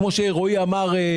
כמו שרועי אמר,